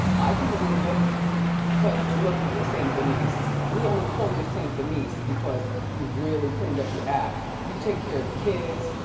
i can believe it cause look saint denise, we only call you saint denise because you've really cleaned up your act. you take care of the kids,